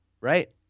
Right